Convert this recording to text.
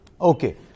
Okay